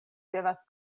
devas